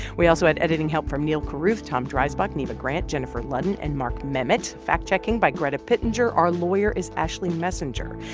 we also and editing help from neal carruth, tom dreisbach, neva grant, jennifer ludden and mark memmott, fact-checking by greta pittenger. our lawyer is ashley messenger.